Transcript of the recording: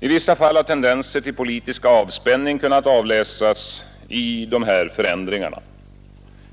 I vissa fall har tendenser till politisk avspänning kunnat avläsas i dessa förändringar.